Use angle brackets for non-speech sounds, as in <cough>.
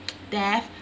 <noise> death